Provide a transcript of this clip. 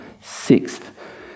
sixth